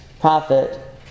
Prophet